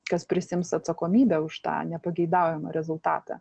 kas prisiims atsakomybę už tą nepageidaujamą rezultatą